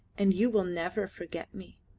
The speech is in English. and you will never forget me.